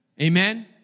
Amen